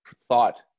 thought